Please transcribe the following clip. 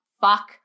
fuck